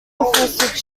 before